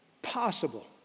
possible